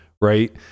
right